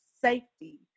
safety